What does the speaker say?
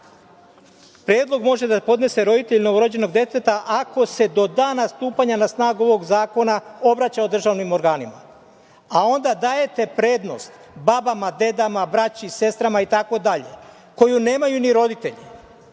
Predlog može da podese roditelj novorođenog deteta ako se do dana stupanja na snagu ovog zakona obraćao državnim organima, a onda dajete prednost babama, dedama, braći, sestrama itd. koji nemaju ni roditelje,